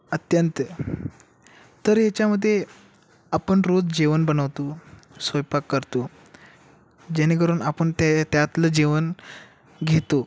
अत्यंत तर ह्याच्यामध्ये आपण रोज जेवण बनवतो स्वयंपाक करतो जेणेकरून आपण त्या त्यातलं जेवण घेतो